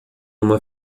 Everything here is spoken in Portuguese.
uma